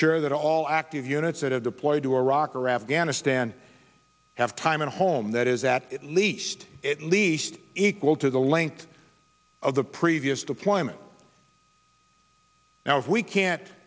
ensure that all active units that have deployed to iraq or afghanistan have time at home that is at least least equal to the length of the previous deployment now if we can't